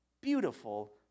beautiful